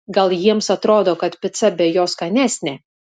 gal jiems atrodo kad pica be jo skanesnė